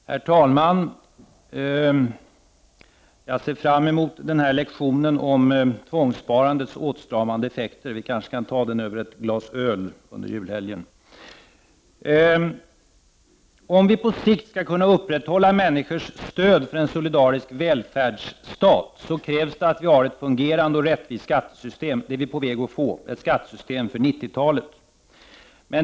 Herr talman! Jag ser fram emot lektionen om tvångssparandets åtstramande effekter. Vi kanske kan ta den över ett glas öl under julhelgen. Om vi på sikt skall kunna upprätthålla människors stöd för en solidarisk välfärdsstat, krävs det att vi har ett fungerande och rättvist skattesystem. Det är vi på väg att få — ett skattesystem för 1990-talet.